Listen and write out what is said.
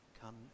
Come